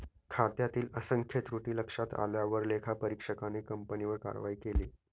खात्यातील असंख्य त्रुटी लक्षात आल्यावर लेखापरीक्षकाने कंपनीवर कारवाई केली